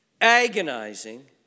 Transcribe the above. agonizing